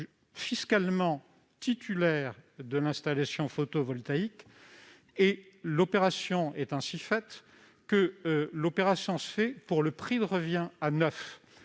fiscalement titulaire de l'installation photovoltaïque, et l'opération est ainsi faite qu'elle est réalisée pour le prix de revient à neuf.